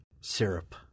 syrup